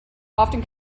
often